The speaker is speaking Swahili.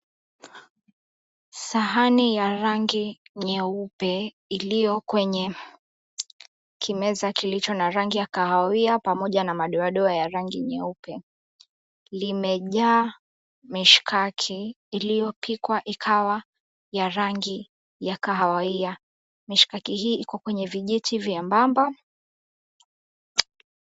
Sahani ya rangi nyeupe iliyo kwenye kimeza kilicho na rangi ya kahawia pamoja na madoadoa ya rangi nyeupe, limejaa mishikaki iliyopikwa ikawa ya rangi ya kahawia. Mishikaki hii iko kwenye vijiti vyembamba.